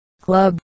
Club